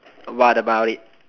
what about it